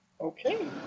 Okay